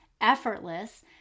effortless